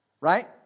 Right